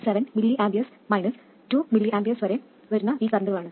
7 mA minus 2 mA വരെ വരുന്ന ഈ കറൻറുകളാണ്